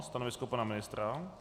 Stanovisko pana ministra?